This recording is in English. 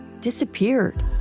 disappeared